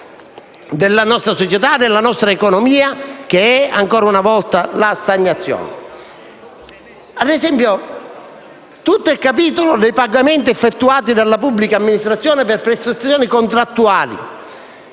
della nostra società e della nostra economia, che è rappresentato, ancora una volta, dalla stagnazione. Ad esempio, a proposito del capitolo dei pagamenti effettuati dalla pubblica amministrazione per le prestazioni contrattuali,